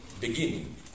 beginning